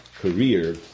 career